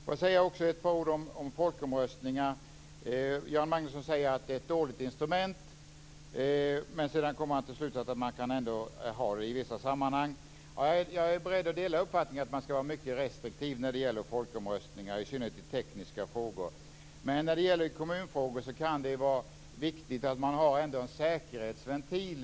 Jag vill också säga ett par ord om folkomröstningar. Göran Magnusson säger att det är ett dåligt instrument. Men sedan kommer han till slutsatsen att man ändå kan ha det i vissa sammanhang. Jag är beredd att dela uppfattningen att man skall vara mycket restriktiv när det gäller folkomröstningar, i synnerhet i tekniska frågor. Men när det gäller kommunfrågor kan det vara viktigt att man ändå har en säkerhetsventil.